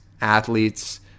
athletes